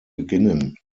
beginnen